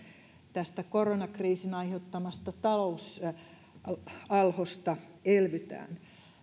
tästä koronakriisin aiheuttamasta talousalhosta elvytään